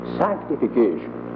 sanctification